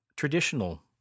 Traditional